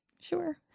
Sure